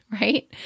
right